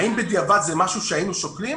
האם בדיעבד זה משהו שהיינו שוקלים?